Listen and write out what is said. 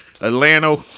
Atlanta